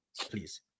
Please